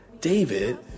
David